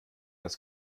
das